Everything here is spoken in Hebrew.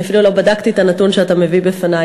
אני אפילו לא בדקתי את הנתון שאתה מביא בפני,